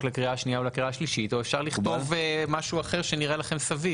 לקריאה שנייה ולשלישית או אפשר לכתוב משהו אחר שנראה לכם סביר.